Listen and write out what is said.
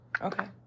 Okay